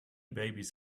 babies